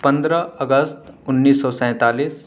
پندر اگست انیس سو سینتالیس